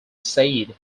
said